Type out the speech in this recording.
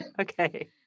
Okay